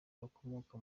bakomoka